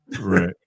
Right